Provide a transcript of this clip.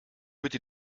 bitte